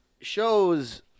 shows